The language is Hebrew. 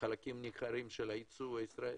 חלקים ניכרים של הייצוא הישראלי.